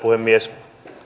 puhemies